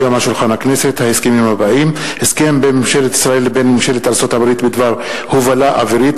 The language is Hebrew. הסכם בין ממשלת ישראל לבין ממשלת ארצות-הברית בדבר הובלה אווירית,